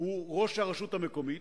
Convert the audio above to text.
הוא ראש הרשות המקומית,